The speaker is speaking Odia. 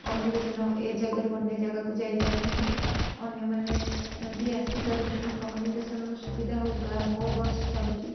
କମ୍ୟୁନିକେସନ୍ ଏ ଜାଗାରୁ ଅନ୍ୟଜାଗାକୁ ଯାଇପାରୁଛନ୍ତି ଅନ୍ୟମାନେ ବି ଆସିପାରୁଛନ୍ତି କମ୍ୟୁନିକେସନ୍ ର ସୁବିଧା ଗାଁ ମୋ ବସ୍ ଚାଲୁଛି